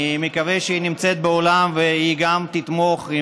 אני מקווה שהיא נמצאת באולם ושהיא גם תתמוך,